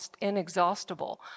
inexhaustible